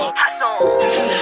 hustle